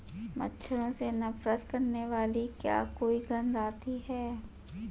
मच्छरों से नफरत करने वाली क्या कोई गंध आती है?